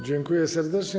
Dziękuję serdecznie.